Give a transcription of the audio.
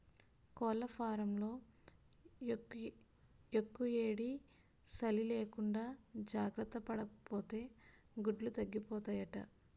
కోళ్లఫాంలో యెక్కుయేడీ, సలీ లేకుండా జార్తపడాపోతే గుడ్లు తగ్గిపోతాయట